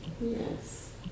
yes